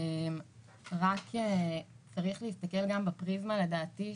רק צריך להסתכל גם בפריזמה לדעתי,